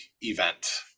event